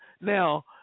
Now